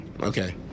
Okay